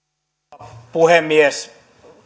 arvoisa rouva puhemies